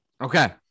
okay